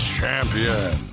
Champion